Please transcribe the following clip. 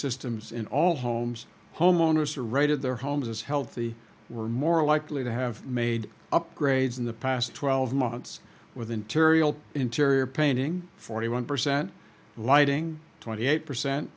systems in all homes homeowners are rated their homes as healthy were more likely to have made upgrades in the past twelve months with interior interior painting forty one percent lighting twenty eight percent